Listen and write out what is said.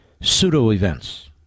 pseudo-events